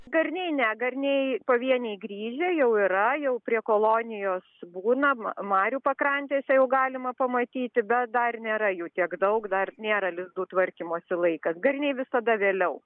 garniai ne garniai pavieniai grįžę jau yra jau prie kolonijos būna marių pakrantėse jau galima pamatyti bet dar nėra jų tiek daug dar nėra lizdų tvarkymosi laikas garniai visada vėliau